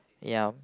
ya